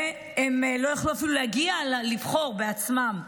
והם לא יכלו אפילו להגיע לבחור בעצמם.